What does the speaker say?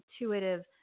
intuitive